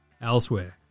elsewhere